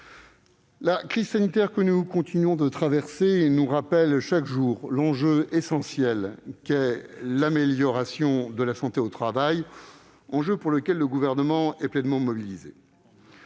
La crise sanitaire que nous continuons de traverser nous rappelle chaque jour l'enjeu essentiel qu'est l'amélioration de la santé au travail, enjeu pour lequel le Gouvernement est pleinement mobilisé.